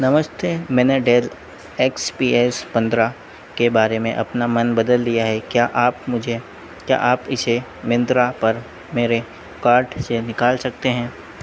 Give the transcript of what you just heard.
नमस्ते मैंने Dell X P S पन्द्रह के बारे में अपना मन बदल लिया क्या आप मुझे क्या आप इसे मिन्त्रा पर मेरे कॉर्ट से निकाल सकते हैं